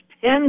ten